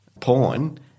porn